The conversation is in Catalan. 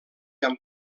amb